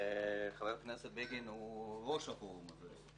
חבר הכנסת בגין הוא ראש הפורום הזה.